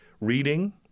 reading